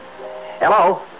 Hello